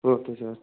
okay sir